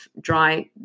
dry